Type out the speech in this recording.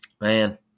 Man